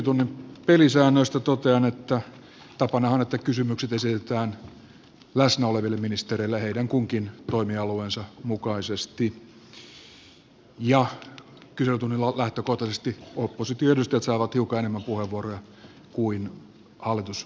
kyselytunnin pelisäännöistä totean että tapanahan on että kysymykset esitetään läsnä oleville ministereille joiden kunkin toimialueensa mukaan se heidän toimialueidensa mukaisesti ja kyselytunnilla lähtökohtaisesti opposition edustajat saavat hiukan enemmän puheenvuoroja kuin hallituspuolueiden kansanedustajat